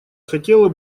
хотела